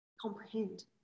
comprehend